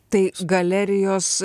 tai galerijos